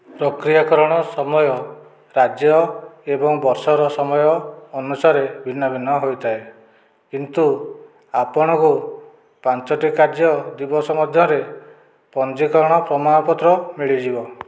ପ୍ରକ୍ରିୟାକରଣ ସମୟ ରାଜ୍ୟ ଏବଂ ବର୍ଷର ସମୟ ଅନୁସାରେ ଭିନ୍ନ ଭିନ୍ନ ହୋଇଥାଏ କିନ୍ତୁ ଆପଣଙ୍କୁ ପାଞ୍ଚଟି କାର୍ଯ୍ୟ ଦିବସ ମଧ୍ୟରେ ପଞ୍ଜୀକରଣ ପ୍ରମାଣପତ୍ର ମିଳିଯିବ